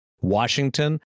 Washington